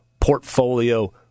Portfolio